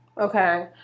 Okay